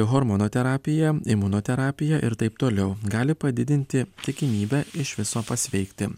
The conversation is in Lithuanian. hormonoterapija imunoterapija ir taip toliau gali padidinti tikimybę iš viso pasveikti